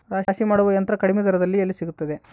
ರಾಶಿ ಮಾಡುವ ಯಂತ್ರ ಕಡಿಮೆ ದರದಲ್ಲಿ ಎಲ್ಲಿ ಸಿಗುತ್ತದೆ?